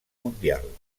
mundial